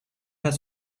had